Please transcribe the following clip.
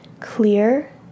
clear